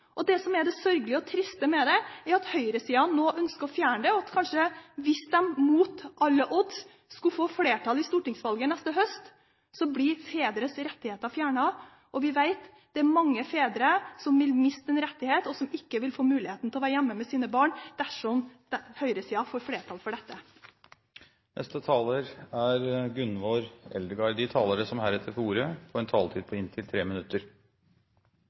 det. Det som er det sørgelige og triste med det, er at høyresiden nå ønsker å fjerne dette. Hvis de mot alle odds skulle få flertall ved stortingsvalget neste høst, blir fedres rettigheter fjernet. Vi vet at det er mange fedre som vil miste en rettighet, og som ikke vil få muligheten til å være hjemme med sine barn dersom høyresiden får flertall for dette. De talere som heretter får ordet, har en taletid på inntil 3 minutter.